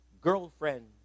girlfriend